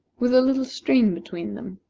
with a little stream between them.